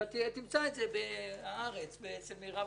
אתה תמצא את זה בעיתון הארץ אצל מירב